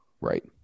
Right